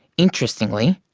interestingly,